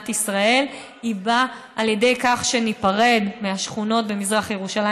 ישראל היא על ידי כך שניפרד מהשכונות במזרח ירושלים,